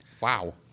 Wow